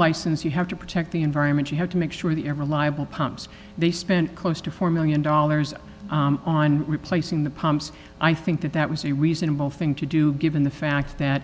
license you have to protect the environment you have to make sure the air reliable pumps they spent close to four million dollars on replacing the pumps i think that that was a reasonable thing to do given the fact that